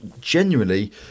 genuinely